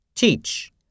Teach